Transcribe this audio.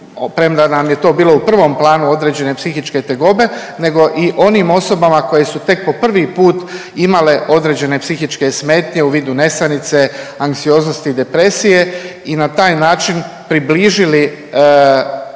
premda nam je to bilo u prvom planu određene psihičke tegobe, nego i onim osobama koje su tek po prvi put imale određene psihičke smetnje u vidu nesanice, anksioznosti i depresije i na taj način približili